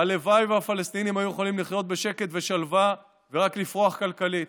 הלוואי שהפלסטינים היו יכולים לחיות בשקט ובשלווה ורק לפרוח כלכלית.